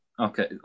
Okay